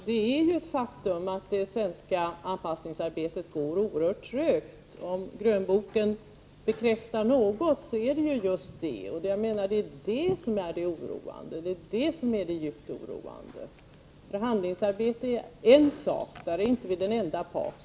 Fru talman! Det är ett faktum att det svenska anpassningsarbetet går oerhört trögt. Om den ”gröna vitboken” bekräftar något, så är det just detta. Det är det som är det djupt oroande. Förhandlingsarbete är en sak; där är vi inte den enda parten.